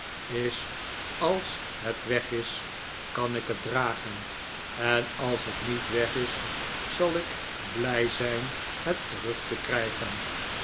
is als het weg is kan ik het dragen en als het niet weg is zal ik blij zijn het terug te krijgen